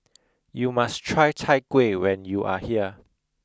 you must try chai kueh when you are here